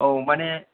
औ मानि